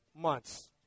months